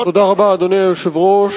אדוני היושב-ראש,